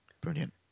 Brilliant